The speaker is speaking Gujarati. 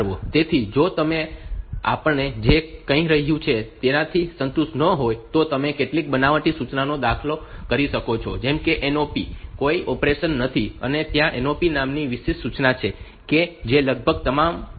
તેથી જો તમે આપણે જે કંઈ કર્યું છે તેનાથી સંતુષ્ટ ન હોવ તો તમે કેટલીક બનાવટી સૂચનાઓ દાખલ કરી શકો છો જેમ કે NOP કોઈ ઓપરેશન નથી અને ત્યાં NOP નામની એક વિશેષ સૂચના છે જે લગભગ તમામ પ્રોસેસરો તેમજ 8085 માં છે